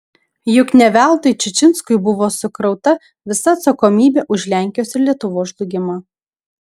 juk ne veltui čičinskui buvo sukrauta visa atsakomybė už lenkijos ir lietuvos žlugimą